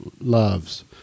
loves